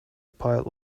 pile